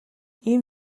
ийм